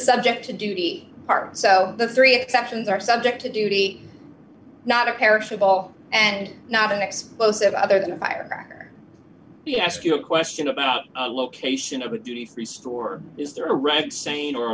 subject to duty so the three exceptions are subject to duty not a perishable and not an explosive other than a firecracker we ask you a question about the location of a duty free store is there a red stain or